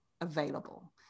available